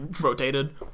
rotated